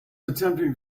attempting